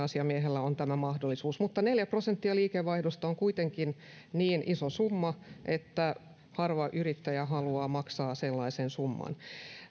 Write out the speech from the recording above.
asiamiehellä on tämä mahdollisuus mutta neljä prosenttia liikevaihdosta on kuitenkin niin iso summa että harva yrittäjä haluaa maksaa sellaisen summan